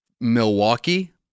Milwaukee